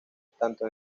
tanto